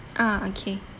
ah okay